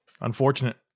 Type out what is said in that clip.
Unfortunate